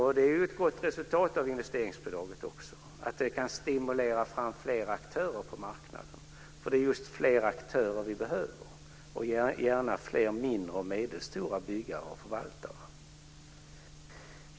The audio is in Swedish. Det är ju också ett gott resultat av investeringsbidraget att fler aktörer kan stimuleras fram på marknaden. Det är just fler aktörer som vi behöver och gärna också fler mindre och medelstora byggare och förvaltare.